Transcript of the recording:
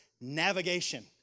navigation